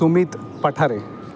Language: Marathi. सुमीत पठारे